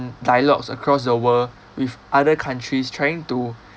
dialogues across the world with other countries trying to